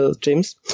James